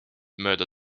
mööda